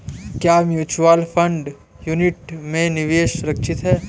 क्या mutual fund unit में निवेश सुरक्षित है?